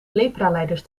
lepralijders